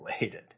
related